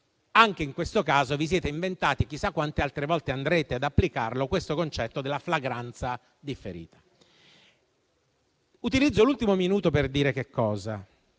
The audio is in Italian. anche in questo caso vi siete inventati, e chissà quante altre volte andrete ad applicarlo, questo concetto della flagranza differita. Utilizzo l'ultimo minuto di tempo a